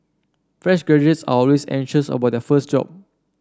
fresh graduates are always anxious about their first job